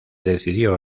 decidió